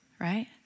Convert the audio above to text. right